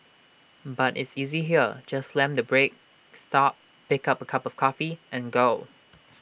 but is easy here just slam the brake stop pick A cup of coffee and go